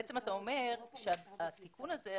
בעצם אתה אומר שהתיקון הזה,